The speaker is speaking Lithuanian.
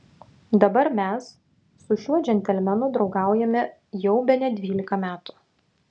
dabar mes su šiuo džentelmenu draugaujame jau bene dvylika metų